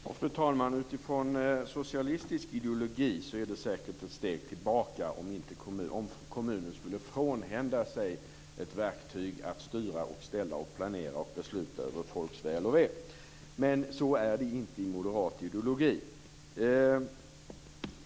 Fru talman! Utifrån socialistisk ideologi vore det säkert ett steg tillbaka om kommunen skulle frånhända sig ett verktyg för att styra, ställa, planera och besluta över folks väl och ve, men så är det inte enligt moderat ideologi.